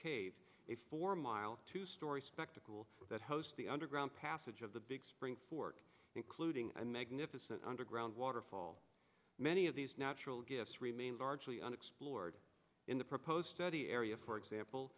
cave a four mile two story spectacle that hosts the underground passage of the big spring fork including a magnificent underground waterfall many of these natural gifts remain largely unexplored in the proposed study area for example